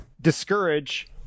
discourage